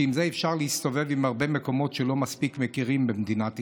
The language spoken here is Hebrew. עם זה אפשר להסתובב בהרבה מקומות שלא מספיק מכירים במדינת ישראל.